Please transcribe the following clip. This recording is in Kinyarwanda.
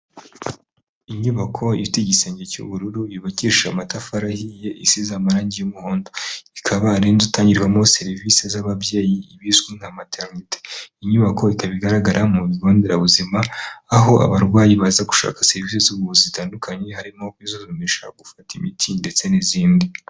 Inyubako ifite igisenge cy'ubururu yubakisha amatafari ahiye isize amarangi y'umuhondo, ikaba ari'in inzu itangirwamo serivisi z'ababyeyi ibizwi nka materinete, inyubako ikaba igaragara mu bigo nderabuzima aho abarwayi baza gushaka serivisi z'ubuvuzi zitandukanye harimo kwisuzumisha, gufata imiti, ndetse n'izindi.